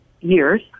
years